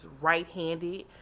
right-handed